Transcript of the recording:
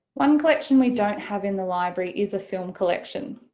one collection we don't have in the library is a film collection,